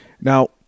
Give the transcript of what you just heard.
Now